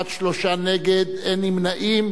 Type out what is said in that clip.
יש אחד נוכח ולא מצביע.